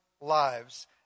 lives